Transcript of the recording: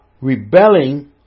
rebelling